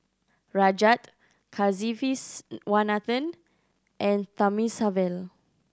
Rajat Kasiviswanathan and Thamizhavel